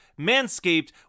Manscaped